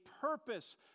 purpose